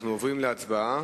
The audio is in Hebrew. אנחנו עוברים להצבעה.